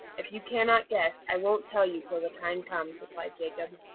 if you can not guess, i won't tell you till the time comes, replied jacob.